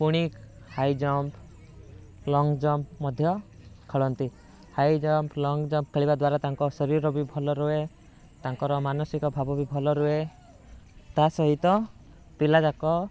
ପୁଣି high jump long jump ମଧ୍ୟ ଖେଳନ୍ତି ହାଇ ଜମ୍ପ ଲଙ୍ଗ୍ ଜମ୍ପ ଖେଳିବା ଦ୍ୱାରା ତାଙ୍କ ଶରୀର ବି ଭଲ ରୁହେ ତାଙ୍କର ମାନସିକ ଭାବ ବି ଭଲ ରୁହେ ତା ସହିତ ପିଲା ଯାକ